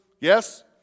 Yes